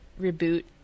reboot